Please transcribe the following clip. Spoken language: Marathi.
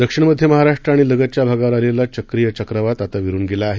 दक्षिण मध्य महाराष्ट्र आणि लगतच्या भागावर आलेला चक्रीय चक्रवात आता विरून गेला आहे